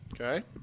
Okay